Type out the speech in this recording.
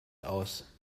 aus